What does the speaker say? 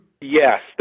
Yes